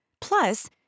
Plus